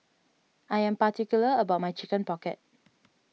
I am particular about my Chicken Pocket